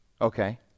Okay